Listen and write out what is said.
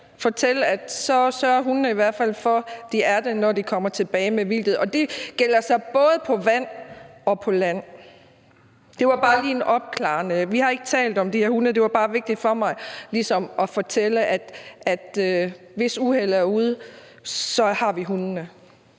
i hvert fald for, at de er det, når de kommer tilbage med vildtet, og det gælder så både på vand og på land. Det var bare lige for at være opklarende. Vi har ikke talt om de her hunde; det var bare vigtigt for mig ligesom at fortælle, at hvis uheldet er ude, har vi hundene.